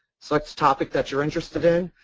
select topic that you're interested in.